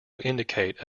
indicate